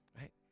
right